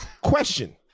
Question